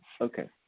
Okay